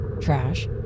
Trash